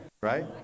right